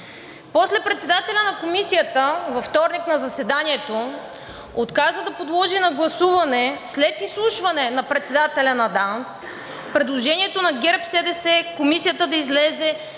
После председателят на Комисията във вторник на заседанието отказа да подложи на гласуване, след изслушване на председателя на ДАНС, предложението на ГЕРБ-СДС Комисията да излезе